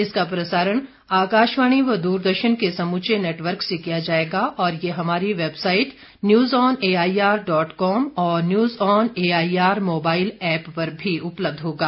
इसका प्रसारण आकाशवाणी व दूरदर्शन के समूचे नेटवर्क से किया जाएगा और यह हमारी website news on AIR dot com और news on AIR mobile app पर भी उपलब्ध होगा